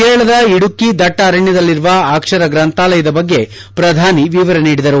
ಕೇರಳದ ಇಡುಕ್ಕೆ ದಟ್ಟ ಅರಣ್ಯದಲ್ಲಿರುವ ಅಕ್ಷರ ಗ್ರಂಥಾಲಯದ ಬಗ್ಗೆ ಶ್ರಧಾನಿ ವಿವರ ನೀಡಿದರು